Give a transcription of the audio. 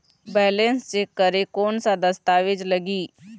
Balance check करें कोन सा दस्तावेज लगी?